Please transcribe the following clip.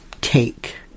take